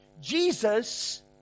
Jesus